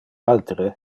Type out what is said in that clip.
altere